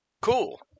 Cool